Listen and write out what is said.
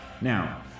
Now